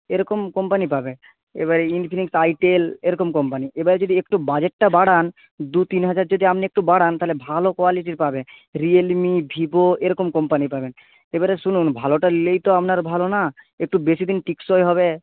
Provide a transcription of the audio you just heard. এরকম কোম্পানি পাবে এবার ইনফিনিক্স আইটেল এরকম কোম্পানি এবার যদি একটু বাজেটটা বাড়ান দু তিন হাজার যদি আপনি একটু বাড়ান তাহলে ভালো কোয়ালিটির পাবে রিয়েলমি ভিভো এরকম কোম্পানি পাবেন এবারে শুনুন ভালোটা নিলেই তো আপনার ভালো না একটু বেশিদিন টেকসই হবে